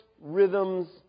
rhythms